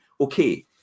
okay